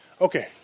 Okay